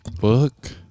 book